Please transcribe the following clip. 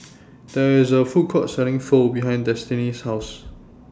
There IS A Food Court Selling Pho behind Destini's House